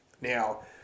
Now